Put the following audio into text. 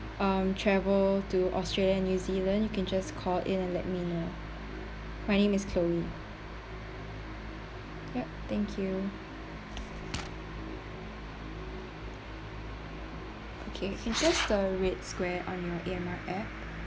um travel to australia new zealand you can just call in and let me know my name is chloe yup thank you okay can just the red square on the A_M_R app